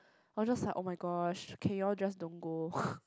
I was just like oh-my-gosh can you all just don't go